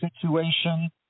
situation